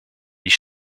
die